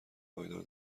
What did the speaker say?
پایدار